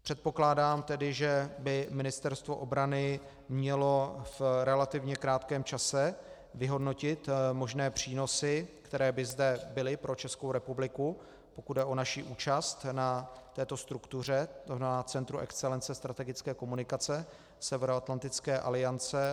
Předpokládám tedy, že by Ministerstvo obrany mělo v relativně krátkém čase vyhodnotit možné přínosy, které by zde byly pro Českou republiky, pokud jde o naši účast na této struktuře, to znamená centru excelence strategické komunikace Severoatlantické aliance.